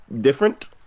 different